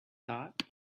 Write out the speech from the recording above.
thought